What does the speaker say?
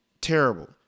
terrible